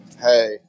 Hey